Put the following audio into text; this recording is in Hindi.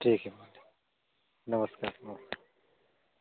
ठीक है नमस्कार नमस